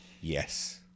yes